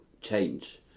change